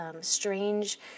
strange